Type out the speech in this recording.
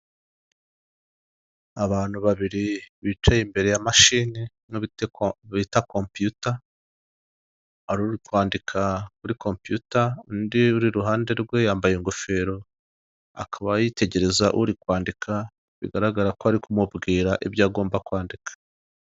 Abantu babiri bicaye imbere ya mashini bita kompiyuta, hari uri kwandika muri kompiyuta, undi uri iruhande rwe yambaye ingofero akaba yitegereza uri kwandika bigaragara ko ari kumubwira ibyo agomba kwandika.